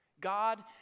God